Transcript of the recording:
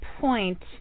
point